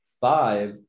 Five